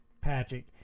Patrick